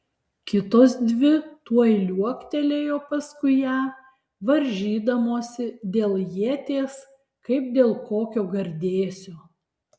kitos dvi tuoj liuoktelėjo paskui ją varžydamosi dėl ieties kaip dėl kokio gardėsio